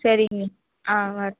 சரிங்க மேம் ஆ வரேன்